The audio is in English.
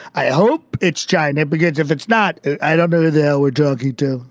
i hope it's china because if it's not i don't know that we're talking to